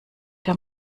der